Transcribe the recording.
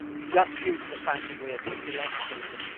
just due to the fact that we're selecting